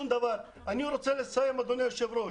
אני מבקש דבר אחד.